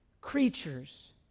creatures